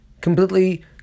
completely